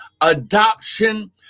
Adoption